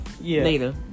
later